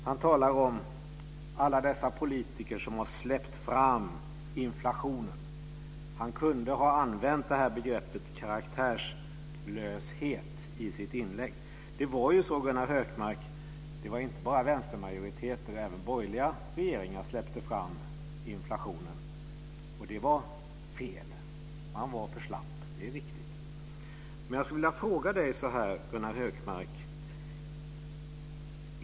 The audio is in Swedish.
Han talar om alla dessa politiker som har släppt fram inflationen. Han kunde ha använt begreppet karaktärslöshet i sitt inlägg. Det var inte bara vänstermajoriteter som släppte fram inflationen, Gunnar Hökmark, utan även borgerliga regeringar, och det var fel. Man var för slapp. Det är riktigt. Jag skulle vilja ställa en fråga till Gunnar Hökmark.